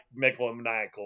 megalomaniacal